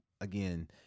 again